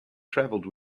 travelled